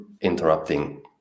interrupting